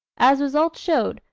as results showed,